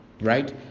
right